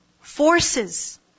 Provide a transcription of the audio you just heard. forces